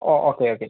oh okay okay